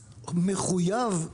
מחויב,